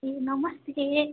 ए नमस्ते